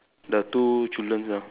the two children lah